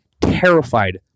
terrified